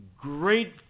great